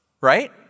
Right